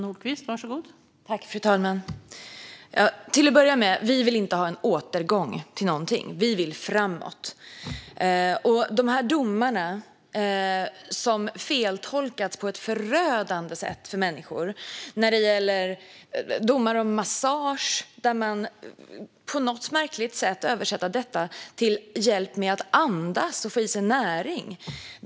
Fru talman! Till att börja med vill vi inte ha en återgång till någonting. Vi vill framåt. Domarna har feltolkats på ett förödande sätt för människor. Domar om massage har på något märkligt sätt överförts till att gälla hjälp med att andas och få i sig näring.